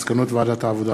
מסקנות ועדת העבודה,